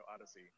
Odyssey